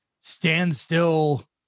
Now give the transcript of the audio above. standstill